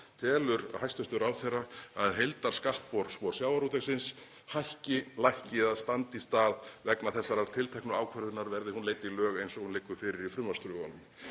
Telur hæstv. ráðherra að heildarskattspor sjávarútvegsins hækki, lækki eða standi í stað vegna þessarar tilteknu ákvörðunar, verði hún leidd í lög eins og hún liggur fyrir í frumvarpsdrögunum?